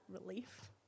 relief